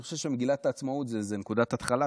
אני חושב שמגילת העצמאות זאת נקודת התחלה,